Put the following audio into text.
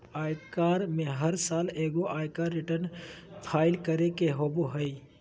आयकर में हर साल एगो आयकर रिटर्न फाइल करे के होबो हइ